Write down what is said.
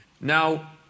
Now